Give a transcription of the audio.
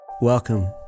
Welcome